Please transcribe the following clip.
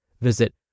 Visit